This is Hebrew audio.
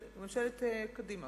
כן, ממשלת קדימה.